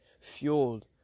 fueled